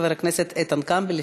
חבר הכנסת איתן כבל,